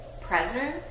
present